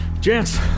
Gents